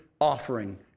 offering